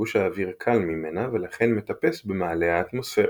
גוש האוויר קל ממנה ולכן מטפס במעלה האטמוספירה.